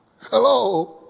Hello